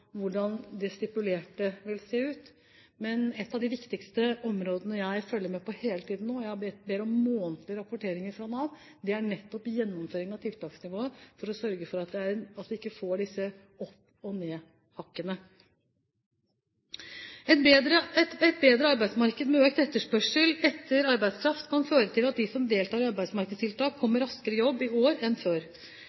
hvordan det stipulerte vil se ut, men et av de viktigste områdene jeg følger med på hele tiden nå – og jeg ber om månedlige rapporteringer fra Nav – er nettopp gjennomføringen av tiltaksnivået for å sørge for at vi ikke får disse opp-og-ned-hakkene. Et bedre arbeidsmarked med økt etterspørsel etter arbeidskraft kan føre til at de som deltar i arbeidsmarkedstiltak,